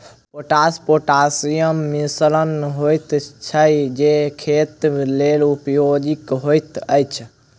potash पोटासियमक मिश्रण होइत छै जे खेतक लेल उपयोगी होइत अछि